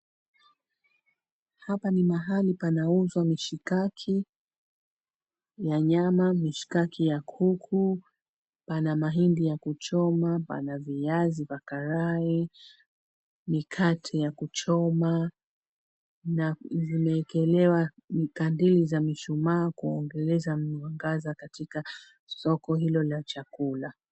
Hapa ni mahali panauzwa mishikaki ya nyama, mishikaki ya kuku, pana mahindi ya kuchoma, pana viazi vya karai, mikate ya kuchoma na vimeekelewa mkadili za mishumaa kuongeza mwangaza katika soko hilo la chakula.